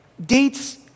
dates